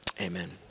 amen